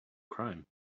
crime